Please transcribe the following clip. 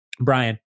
Brian